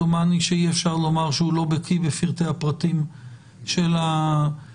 דומני שאי אפשר לומר שהוא לא בקי בפרטי הפרטים של העניינים.